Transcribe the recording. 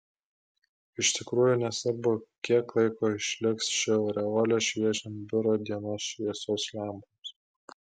iš tikrųjų nesvarbu kiek laiko išliks ši aureolė šviečiant biuro dienos šviesos lempoms